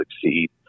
succeed